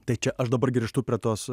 tai čia aš dabar grįžtu prie tos